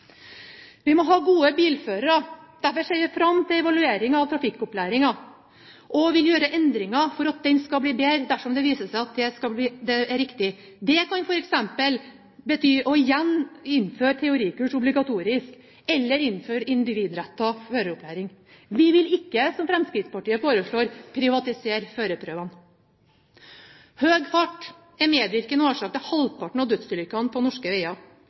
Vi må ha gode bilførere. Derfor ser vi fram til evalueringen av trafikkopplæringen, og vi vil gjøre endringer for at den skal bli bedre dersom det viser seg at det er riktig. Det kan f.eks. bety igjen å gjøre teorikurset obligatorisk eller innføre individrettet føreropplæring. Vi vil ikke, som Fremskrittspartiet foreslår, privatisere førerprøvene. Høy fart er en medvirkende årsak til halvparten av dødsulykkene på norske